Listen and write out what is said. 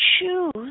choose